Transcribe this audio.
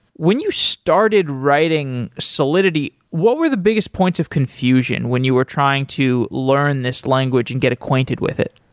when you started writing solidity, what were the biggest points of confusion when you were trying to learn this language and get acquainted with it?